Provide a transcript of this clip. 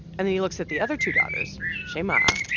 and then he looks at the other two daughters, shaima,